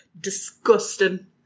Disgusting